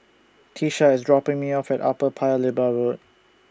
Tiesha IS dropping Me off At Upper Paya Lebar Road